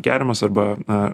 geriamas arba